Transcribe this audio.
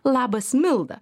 labas milda